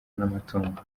n’amatungo